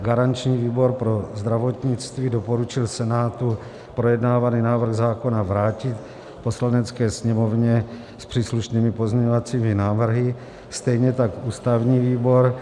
Garanční výbor pro zdravotnictví doporučil Senátu projednávaný návrh zákona vrátit Poslanecké sněmovně s příslušnými pozměňovacími návrhy, stejně tak ústavní výbor.